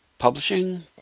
Publishing